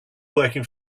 working